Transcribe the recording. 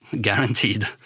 guaranteed